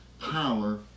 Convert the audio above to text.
power